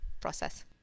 process